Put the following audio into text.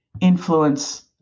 influence